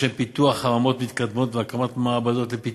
לשם פיתוח חממות מתקדמות והקמת מעבדות לפיתוח.